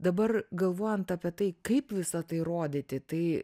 dabar galvojant apie tai kaip visa tai rodyti tai